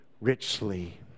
richly